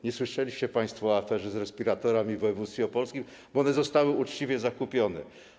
Nie słyszeliście państwo o aferze z respiratorami w województwie opolskim, bo one zostały uczciwie zakupione.